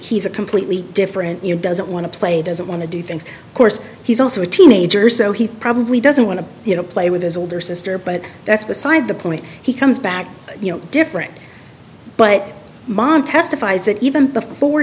he's a completely different doesn't want to play doesn't want to do things course he's also a teenager so he probably doesn't want to you know play with his older sister but that's beside the point he comes back you know different but mon testifies that even before